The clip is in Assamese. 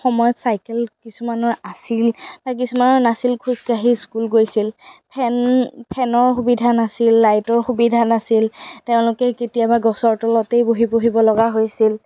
সময়ত চাইকেল কিছুমানৰ আছিল আৰু কিছুমানৰ নাছিল খোজকাঢ়ি স্কুল গৈছিল ফেন ফেনৰ সুবিধা নাছিল লাইটৰ সুবিধা নাছিল তেওঁলোকে কেতিয়াবা গছৰ তলতেই বহি পঢ়িবলগা হৈছিল